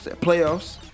playoffs